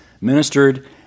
ministered